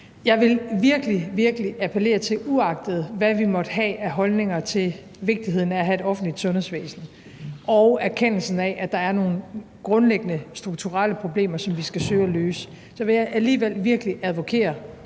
Jeg vil virkelig, virkelig appellere til og advokere for – uagtet hvad vi måtte have af holdninger til vigtigheden af at have et offentligt sundhedsvæsen og erkendelsen af, at der er nogle grundlæggende strukturelle problemer, som vi skal søge at løse – at vi fastholder den danske